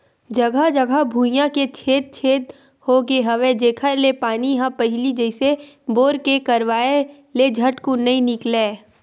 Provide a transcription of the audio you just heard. जघा जघा भुइयां के छेदा छेद होगे हवय जेखर ले पानी ह पहिली जइसे बोर के करवाय ले झटकुन नइ निकलय